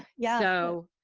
yeah so